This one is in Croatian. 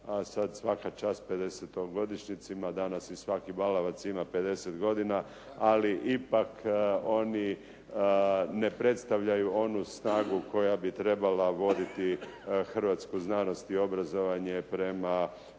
a sada svaka čast pedesetogodišnjacima, danas i svaki balavac ima 50 godina, ali ipak oni ne predstavljaju onu snagu koja bi trebala voditi hrvatsku znanost i obrazovanje prema